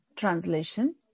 Translation